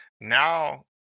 Now